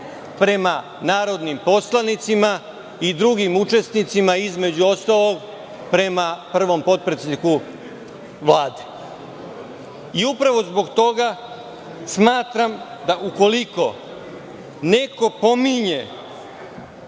prema narodnim poslanicima i drugim učesnicima između ostalog prema prvom potpredsedniku Vlade. Upravo zbog toga smatram da ukoliko neko pominje